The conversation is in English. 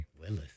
Willis